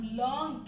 long